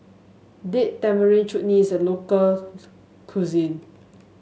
Date Tamarind Chutney is a local cuisine